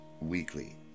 weekly